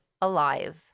alive